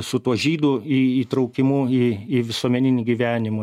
su tuo žydų įtraukimu į visuomeninį gyvenimą